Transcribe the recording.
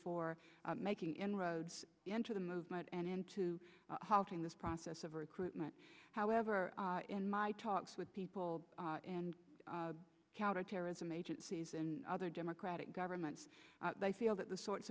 for making inroads into the movement and into halting this process of recruitment however in my talks with people and counterterrorism agencies and other democratic governments they feel that the sorts